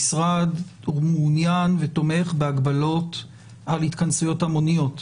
המשרד מעוניין ותומך בהגבלות על התכנסויות המוניות,